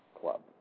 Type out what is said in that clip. Club